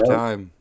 time